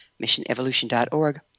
MissionEvolution.org